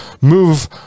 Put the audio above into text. move